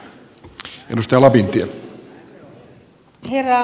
herra puhemies